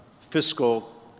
fiscal